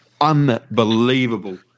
unbelievable